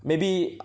maybe